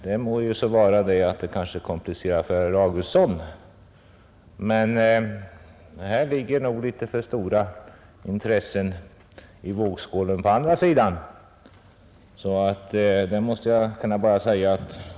Det må så vara att de komplicerar det hela för herr Augustsson, men det ligger nog litet för stora intressen i den andra vågskålen för att vi skall kunna avstå från att föra fram dessa förslag.